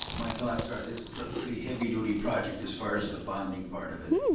my thoughts are this is a pretty heavy-duty project as far as the bonding part of it.